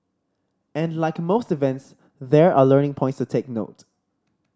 and like most events there are learning points to take note